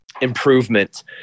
improvement